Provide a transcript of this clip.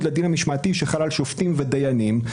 לדין המשמעתי שחל על שופטים ודיינים.